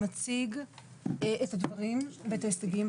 מציג את הדברים ואת ההישגים.